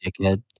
dickhead